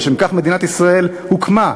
לשם כך מדינת ישראל הוקמה.